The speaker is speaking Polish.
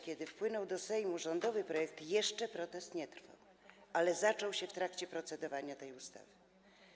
Kiedy wpłynął do Sejmu rządowy projekt, protest jeszcze nie trwał, ale zaczął się w trakcie procedowania tej ustawy.